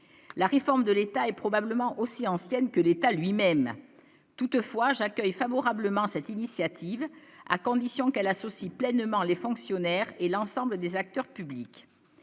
la réforme de l'État et probablement aussi ancienne que l'État lui-même, toutefois j'accueille favorablement cette initiative, à condition qu'elle associe pleinement les fonctionnaires et l'ensemble des acteurs publics,